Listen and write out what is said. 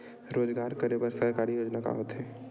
रोजगार करे बर सरकारी योजना का का होथे?